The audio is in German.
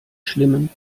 schlimmen